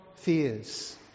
Fears